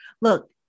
look